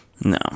No